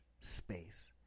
space